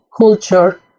culture